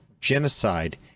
genocide